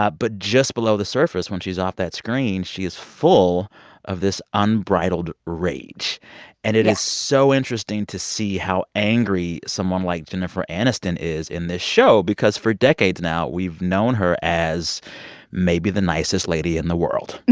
ah but just below the surface, she's off that screen, she is full of this unbridled rage yeah and it is so interesting to see how angry someone like jennifer aniston is in this show because for decades now, we've known her as maybe the nicest lady in the world